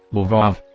lvov,